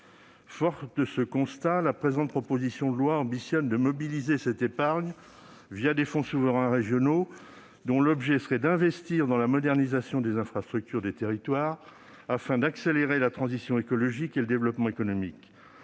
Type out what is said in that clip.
Forts de ce constat, les auteurs de la proposition de loi ambitionnent de mobiliser cette épargne des fonds souverains régionaux, dont l'objet serait d'investir dans la modernisation des infrastructures des territoires, afin d'accélérer la transition écologique et le développement économique.